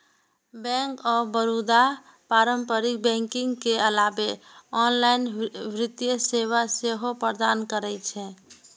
bank of Baroda पारंपरिक banking के अलावे ऑनलाइन वित्तीय सेवा सेहो प्रदान करै छै